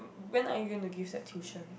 when I going to give set tuition